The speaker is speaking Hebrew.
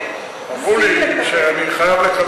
אמרו לי שאני חייב לקבל,